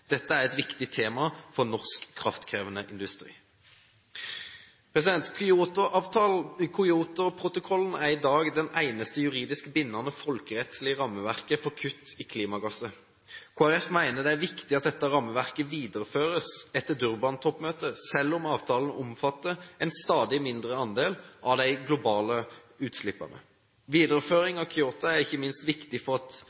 Dette er et viktig tema for norsk kraftkrevende industri. Kyotoprotokollen er i dag det eneste juridisk bindende folkerettslige rammeverket for kutt i klimagasser. Kristelig Folkeparti mener det er viktig at dette rammeverket videreføres etter Durban-toppmøtet, selv om avtalen omfatter en stadig mindre andel av de globale utslippene. Videreføring